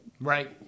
Right